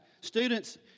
Students